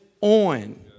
on